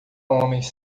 homens